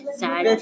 sad